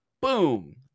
boom